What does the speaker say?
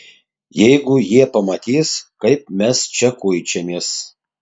jeigu jie pamatys kaip mes čia kuičiamės